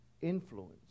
influence